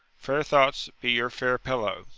fair thoughts be your fair pillow.